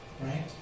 Right